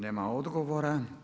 Nema odgovora.